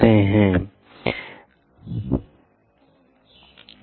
तो हमें कदम से कदम मिलाएं